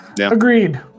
Agreed